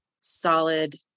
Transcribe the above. solid